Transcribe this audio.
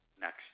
next